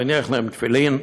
הוא הניח להם תפילין,